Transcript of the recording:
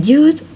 use